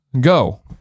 go